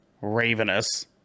Ravenous